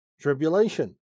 Tribulation